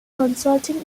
consulting